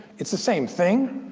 it's the same thing.